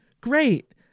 Great